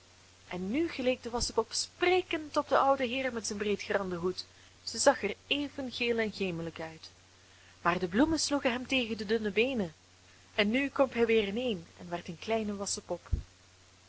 en nu geleek de wassen pop sprekend op den ouden heer met zijn breedgeranden hoed zij zag er even geel en gemelijk uit maar de bloemen sloegen hem tegen de dunne beenen en nu kromp hij weer ineen en werd een kleine wassen pop